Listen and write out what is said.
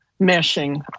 meshing